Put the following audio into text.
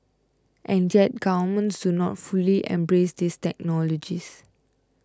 and yet governments do not fully embrace these technologies